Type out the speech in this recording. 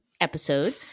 episode